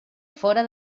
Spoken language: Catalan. fora